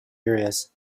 areas